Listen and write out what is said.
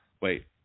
Wait